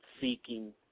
seeking